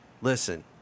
listen